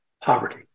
poverty